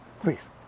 please